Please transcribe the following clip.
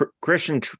christian